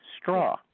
straw